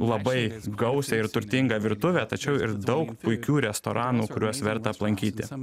labai gausią ir turtingą virtuvę tačiau ir daug puikių restoranų kuriuos verta aplankyti